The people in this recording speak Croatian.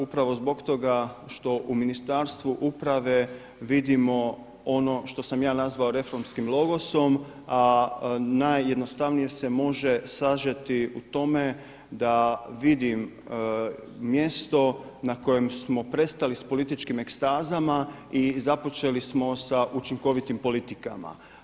Upravo zbog toga što u Ministarstvu uprave vidimo ono što sam ja nazvao reformskim logosom, a najjednostavnije se može sažeti u tome da vidim mjesto na kojem smo prestali s političkim ekstazama i započeli smo sa učinkovitim politikama.